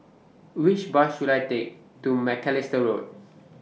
Which Bus should I Take to Macalister Road